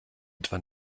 etwa